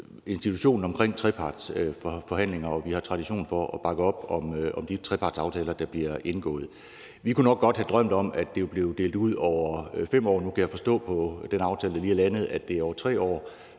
institutionen omkring trepartsforhandlingerne, og vi har tradition for at bakke op om de trepartsaftaler, der bliver indgået. Vi kunne godt have drømt om, at det blev delt ud over 5 år – nu kan jeg forstå på den aftale, der lige er landet, at det er over 3 år